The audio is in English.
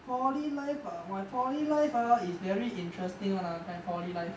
poly life ah my poly life ah is very interesting [one] ah poly life